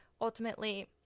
ultimately